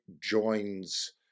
joins